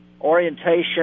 orientation